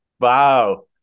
Wow